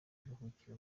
aruhukire